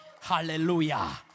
Hallelujah